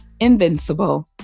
invincible